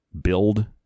build